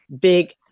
big